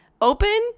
open